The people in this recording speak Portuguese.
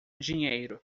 dinheiro